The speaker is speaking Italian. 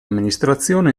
amministrazione